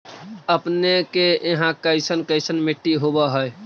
अपने के यहाँ कैसन कैसन मिट्टी होब है?